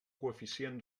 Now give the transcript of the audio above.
coeficient